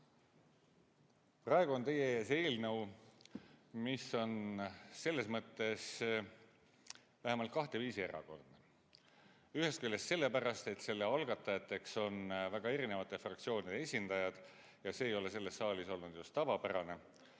Praegu on teie ees eelnõu, mis on vähemalt kahte viisi erakordne. Ühest küljest sellepärast, et selle algatajateks on väga erinevate fraktsioonide esindajad, ja see ei ole selles saalis olnud just tavapärane.